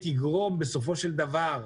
להשכיל אותנו באופן יותר מדויק לגבי